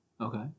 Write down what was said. Okay